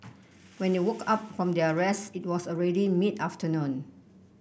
when they woke up from their rest it was already mid afternoon